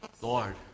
Lord